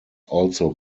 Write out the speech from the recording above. also